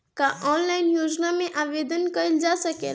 का ऑनलाइन योजना में आवेदन कईल जा सकेला?